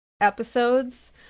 episodes